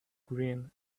green